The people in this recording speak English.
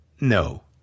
No